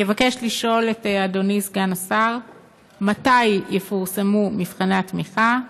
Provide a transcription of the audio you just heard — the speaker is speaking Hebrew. אני אבקש לשאול את אדוני סגן השר: 1. מתי יפורסמו מבחני התמיכה?